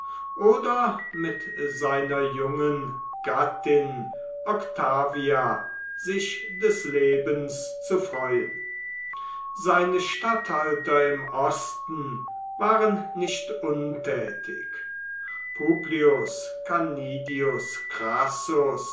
oder mit seiner jungen gattin octavia sich des lebens zu freuen seine statthalter im osten waren nicht untätig publius canidius